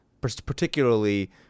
particularly